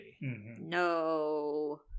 No